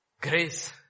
Grace